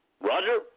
Roger